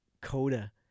Coda